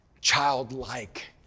childlike